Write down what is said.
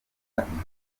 yatangiye